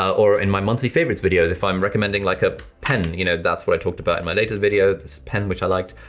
or in my monthly favourites videos, if i'm recommending like a pen, you know, that's what i talked about in my latest video, this pen which i liked,